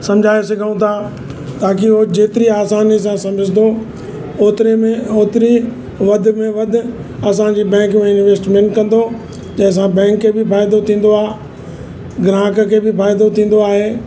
सम्झाए सघूं था ताली उहो जेतिरी आसानी सां सम्झंदो ओतिरे में ओतिरी वधि में वधि असांजी बैंक में इंवेस्टमेंट कंदो जंहिंसां बैंक खे बि फ़ाइदो थींदो आहे ग्राहक खे बि फ़ाइदो थींदो आहे